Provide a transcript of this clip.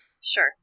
Sure